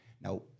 Now